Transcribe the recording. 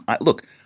Look